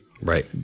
Right